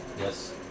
yes